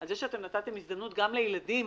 על כך שנתתם הזדמנות גם לילדים